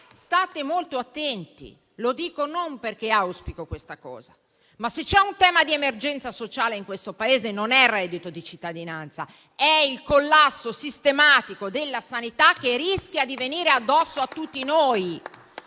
State molto attenti, e lo dico non perché auspico questa cosa, ma se c'è un tema di emergenza sociale in questo Paese non è il reddito di cittadinanza: è il collasso sistematico della sanità, che rischia di venire addosso a tutti noi.